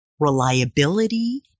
Reliability